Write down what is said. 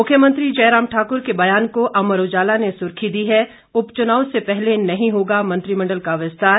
मुख्यमंत्री जयराम ठाकुर के बयान को अमर उजाला ने सुर्खी दी है उपचुनाव से पहले नहीं होगा मंत्रिमण्डल का विस्तार